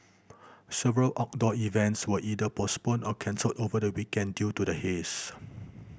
several outdoor events were either postponed or cancelled over the weekend due to the haze